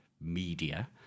media